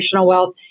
wealth